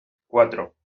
cuatro